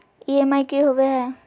EMI की होवे है?